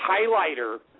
highlighter